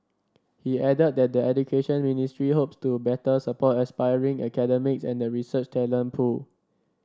he added that the Education Ministry hopes to better support aspiring academics and the research talent pool